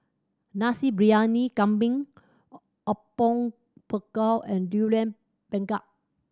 Nasi Briyani Kambing Apom Berkuah and Durian Pengat